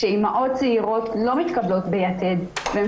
שאימהות צעירות לא מתקבלות ב"יתד" והן